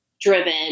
driven